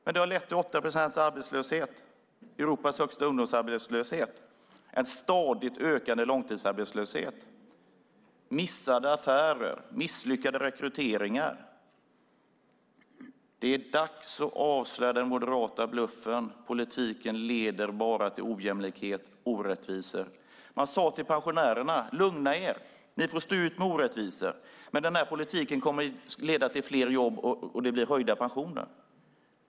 Men det har lett till 8 procents arbetslöshet, Europas högsta ungdomsarbetslöshet och en stadigt ökande långtidsarbetslöshet. Det har lett till missade affärer och till misslyckade rekryteringar. Det är dags att avslöja den moderata bluffen. Politiken leder bara till ojämlikhet och orättvisor. Ni sade till pensionärerna: Lugna er! Ni får stå ut med orättvisor. Den här politiken kommer att leda till fler jobb och det blir höjda pensioner!